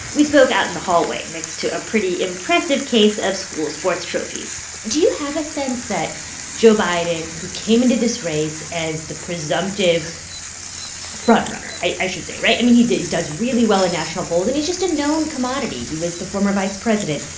we spoke out in the hallway next to a pretty impressive case of school sports trophies do you have a sense that joe biden, who came into this race as the presumptive front-runner, i should say right? i mean, he does really well in national polls, and he's just a known commodity. he was the former vice president.